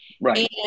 Right